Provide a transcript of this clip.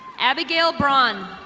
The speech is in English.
abigial brawn.